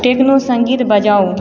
techno सङ्गीत बजाउ